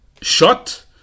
Shot